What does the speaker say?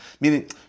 Meaning